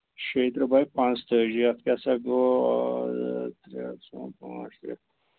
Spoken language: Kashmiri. شیٚیہِ ترٕٛہ بَے پانٛژھ تٲجی اتھ کیٛاہ سا گوٚو اکھ زٕ ترٛےٚ ژور پانٛژھ شیٚے